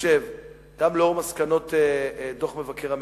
גם לאור מסקנות דוח מבקר המדינה,